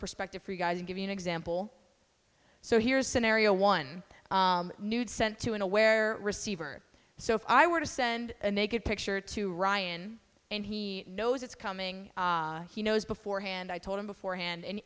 perspective for you guys to give you an example so here's scenario one nude sent to an aware receiver so if i want to send a naked picture to ryan and he knows it's coming he knows beforehand i told him beforehand and